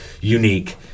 unique